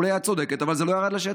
אולי את צודקת, אבל זה לא ירד לשטח.